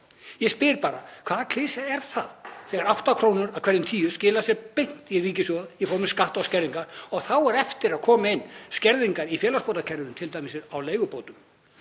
Ég spyr bara: Hvað klisja er það þegar 8 kr. af hverjum 10 skila sér beint í ríkissjóð í formi skatta og skerðinga? Og þá eiga eftir að koma inn skerðingar í félagsbótakerfinu, t.d. á leigubótum.